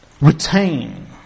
Retain